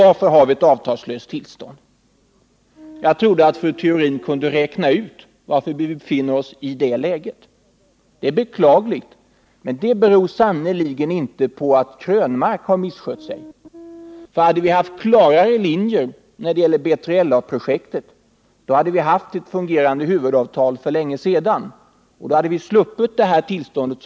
Varför har vi då ett sådant? Jag trodde att fru Theorin kunde räkna ut varför vi befinner oss i det läget. Det är beklagligt, men det beror sannerligen inte på att Eric Krönmark skulle ha misskött sig. Hade vi haft klarare linjer när det gäller B3LA projektet, då hade vi för länge sedan haft ett fungerande huvudavtal. Då hade vi sluppit det nuvarande tillståndet.